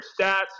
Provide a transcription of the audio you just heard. stats